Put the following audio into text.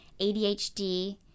ADHD